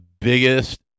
biggest